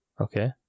Okay